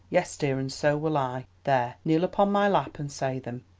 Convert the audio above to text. yes, dear, and so will i. there, kneel upon my lap and say them.